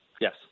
Yes